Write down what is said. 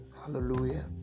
hallelujah